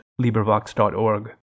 LibriVox.org